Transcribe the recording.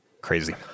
Crazy